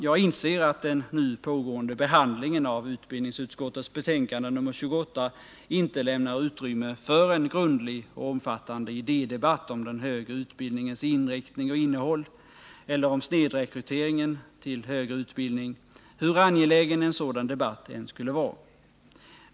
Jag inser att den nu pågående behandlingen av utbildningsutskottets betänkande nr 28 inte lämnar utrymme för en grundlig och omfattande idédebatt om den högre utbildningens inriktning och innehåll eller om snedrekryteringen till högre utbildning — hur angelägen en sådan debatt än skulle vara.